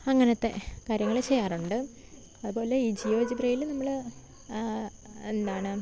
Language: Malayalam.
അങ്ങനത്തെ കാര്യങ്ങൾ ചെയ്യാറുണ്ട് അതുപോലെ ഈ ജിയോജിബ്രയിൽ എന്താണ്